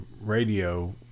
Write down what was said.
radio